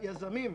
היזמים,